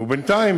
ובינתיים,